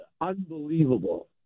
unbelievable